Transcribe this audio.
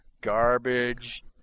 garbage